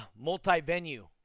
multi-venue